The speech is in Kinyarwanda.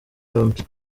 yombi